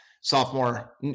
sophomore